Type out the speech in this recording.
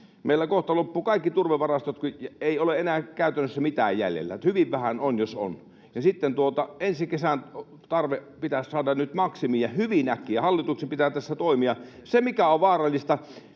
meillä kohta loppuvat kaikki turvevarastot, kun ei ole enää käytännössä mitään jäljellä. Hyvin vähän on, jos on. Ja sitten ensi kesän tarve pitäisi saada nyt maksimiin ja hyvin äkkiä. Hallituksen pitää tässä toimia. On vaarallista,